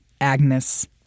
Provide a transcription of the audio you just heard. Agnes